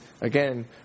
again